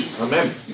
Amen